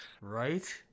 Right